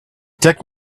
take